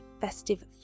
festive